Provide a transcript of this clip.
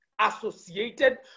associated